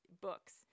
books